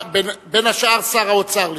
בין השאר, שר האוצר לשעבר.